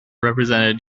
represented